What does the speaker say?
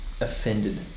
offended